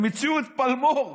הם הציעו את פלמור.